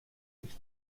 ich